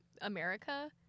America